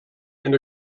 and